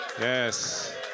Yes